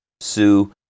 Sue